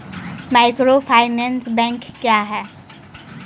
Microfinance bank क्या हैं?